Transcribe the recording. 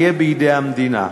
יהיה בידי המדינה.